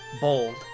bold